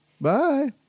Bye